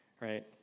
right